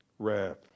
Wrath